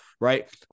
Right